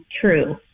true